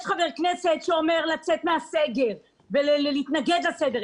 יש חבר כנסת שאומר לצאת מהסגר ולהתנגד לסגר,